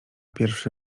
pierwszy